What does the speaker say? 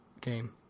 game